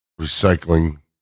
recycling